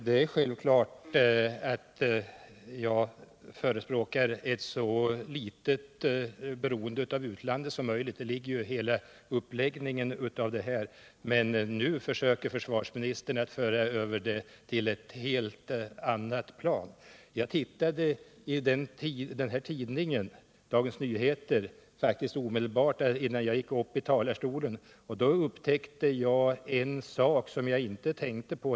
När det gäller tillämpningen av 2§ i utlänningslagen kan det ibland vara svårt att få fram fullständig och helt tillförlitlig information om den politiska och sociala verklighet som döljer sig bakom ett lands for mella lagar och förordningar.